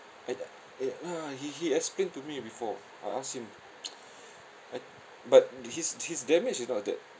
eh ah eh ah he he explained to me before I asked him I but his his damage is not that